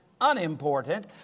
unimportant